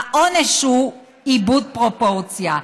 העונש הוא איבוד פרופורציה.